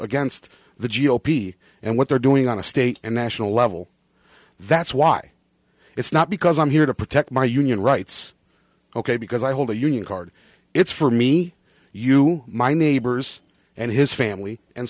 against the g o p and what they're doing on a state and national level that's why it's not because i'm here to protect my union rights ok because i hold a union card it's for me you my neighbors and his family and